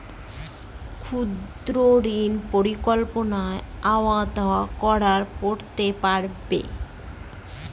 ক্ষুদ্রঋণ প্রকল্পের আওতায় কারা পড়তে পারে?